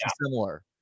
similar